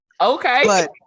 Okay